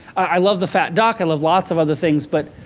i love the fat duck, i love lots of other things, but